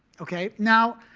ok? now,